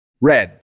Red